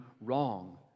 wrong